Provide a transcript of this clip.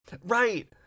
right